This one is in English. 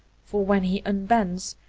for when he unbends,